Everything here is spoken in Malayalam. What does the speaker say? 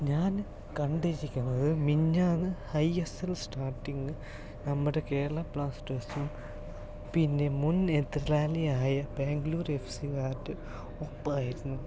ഞാൻ കണ്ടിരിക്കുന്നത് മിനിഞ്ഞാന്ന് ഐ എസ് എൽ സ്റ്റാർട്ടിങ് നമ്മുടെ കേരള ബ്ലാസ്റ്റേഴ്സും പിന്നെ മുൻ എതിരാളിയായ ബാംഗ്ലൂർ എഫ് സിക്കാരുടെ ഒപ്പമായിരുന്നു